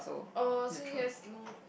oh so you have